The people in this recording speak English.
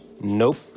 nope